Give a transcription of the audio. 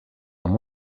amb